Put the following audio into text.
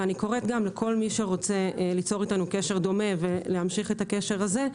ואני קוראת גם לכל מי שרוצה ליצור איתנו קשר דומה ולהמשיך את הקשר הזה,